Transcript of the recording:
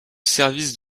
service